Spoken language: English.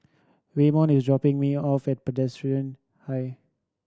Waymon is dropping me off at Presbyterian High